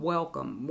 Welcome